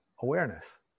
awareness